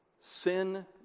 Sin